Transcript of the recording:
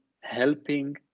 helping